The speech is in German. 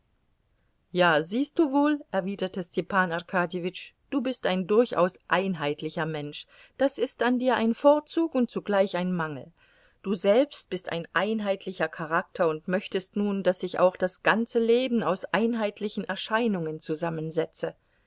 ja siehst du wohl erwiderte stepan arkadjewitsch du bist ein durchaus einheitlicher mensch das ist an dir ein vorzug und zugleich ein mangel du selbst bist ein einheitlicher charakter und möchtest nun daß sich auch das ganze leben aus einheitlichen erscheinungen zusammensetze